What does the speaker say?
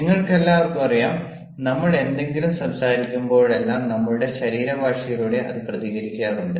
നിങ്ങൾക്കെല്ലാവർക്കും അറിയാം നമ്മൾ എന്തെങ്കിലും സംസാരിക്കുമ്പോഴെല്ലാം നമ്മളുടെ ശരീരഭാഷയിലൂടെ അത് പ്രതികരിക്കാറുണ്ട്